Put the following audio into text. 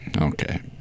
okay